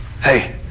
Hey